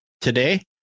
today